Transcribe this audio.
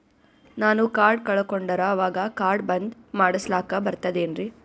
ನಾನು ಕಾರ್ಡ್ ಕಳಕೊಂಡರ ಅವಾಗ ಕಾರ್ಡ್ ಬಂದ್ ಮಾಡಸ್ಲಾಕ ಬರ್ತದೇನ್ರಿ?